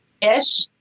ish